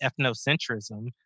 ethnocentrism